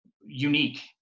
unique